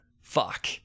Fuck